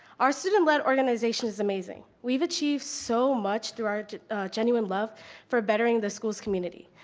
our student-led organization is amazing. we've achieved so much through our genuine love for bettering the schools community.